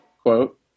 quote